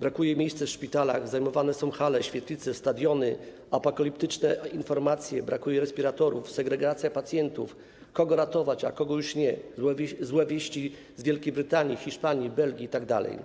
brakuje miejsc w szpitalach, zajmowane są hale, świetlice, stadiony, apokaliptyczne informacje, brakuje respiratorów, segregacja pacjentów, kogo ratować, a kogo już nie, złe wieści z Wielkiej Brytanii, Hiszpanii, Belgii itd.